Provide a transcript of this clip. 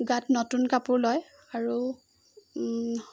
গাত নতুন কাপোৰ লয় আৰু